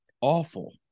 Awful